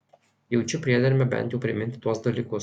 jaučiu priedermę bent jau priminti tuos dalykus